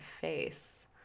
face